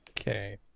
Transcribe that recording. Okay